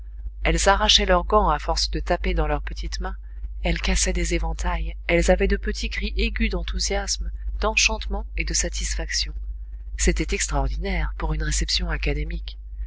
elles arrachaient leurs gants à force de taper dans leurs petites mains elles cassaient des éventails elles avaient de petits cris aigus d'enthousiasme d'enchantement et de satisfaction cétait extraordinaire pour une réception